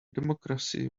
democracy